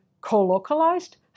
co-localized